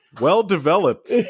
well-developed